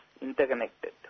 interconnected